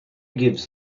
gives